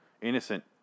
Innocent